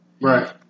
Right